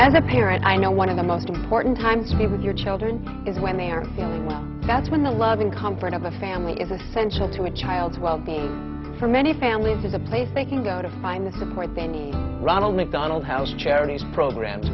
a parent i know one of the most important times he with your children is when they are feeling well that's when the loving comfort of a family is essential to a child's well being for many families is a place they can go to find the support they need ronald mcdonald house charities programs